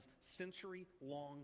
century-long